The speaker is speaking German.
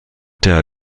der